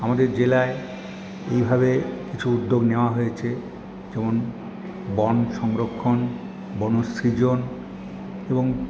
আমাদের জেলায় এইভাবে কিছু উদ্যোগ নেওয়া হয়েছে যেমন বন সংরক্ষণ বনসৃজন এবং